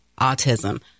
autism